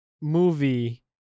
movie